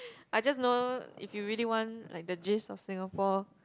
I just know if you really want like the gist of Singapore